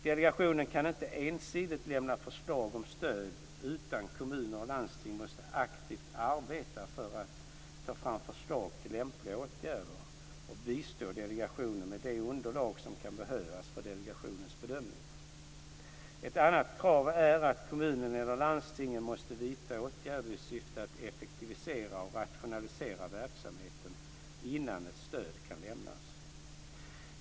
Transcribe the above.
Delegationen kan inte ensidigt lämna förslag om stöd, utan kommuner och landsting måste aktivt arbeta för att ta fram förslag till lämpliga åtgärder och bistå delegationen med de underlag som kan behövas för delegationens bedömningar. Ett annat krav är att kommunen eller landstinget måste vidta åtgärder i syfte att effektivisera och rationalisera verksamheten innan ett stöd kan lämnas.